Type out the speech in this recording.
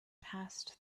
passed